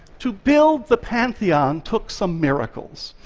to build the pantheon took some miracles.